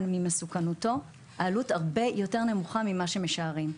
ממסוכנותו העלות הרבה יותר נמוכה מכפי שמשערים.